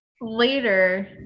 later